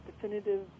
definitive